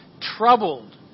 troubled